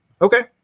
Okay